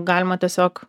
galima tiesiog